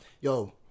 Yo